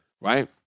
Right